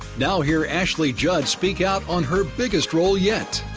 now hear ashley judd speak out on her biggest role yet.